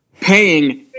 paying